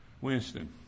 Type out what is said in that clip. Winston